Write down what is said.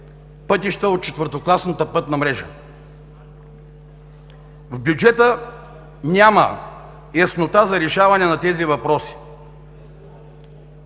пътища от четвъртокласната пътна мрежа. В бюджета няма яснота за решаване на тези въпроси.